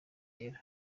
yera